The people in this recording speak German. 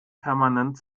permanent